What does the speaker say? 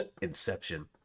Inception